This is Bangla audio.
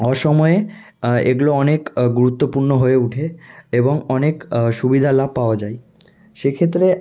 অসময়ে এগুলো অনেক গুরুত্বপূর্ণ হয়ে উঠে এবং অনেক সুবিধা লাভ পাওয়া যায় সে ক্ষেত্রে